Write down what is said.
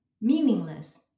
meaningless